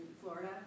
Florida